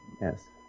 Yes